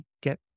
get